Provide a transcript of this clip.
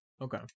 Okay